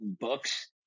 books